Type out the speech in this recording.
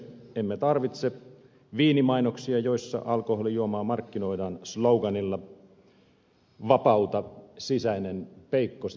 emme tarvitse viinimainoksia joissa alkoholijuomaa markkinoidaan slogaanilla vapauta sisäinen peikkosi